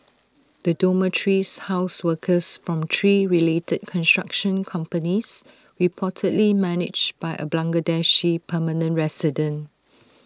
the dormitories housed workers from three related construction companies reportedly managed by A Bangladeshi permanent resident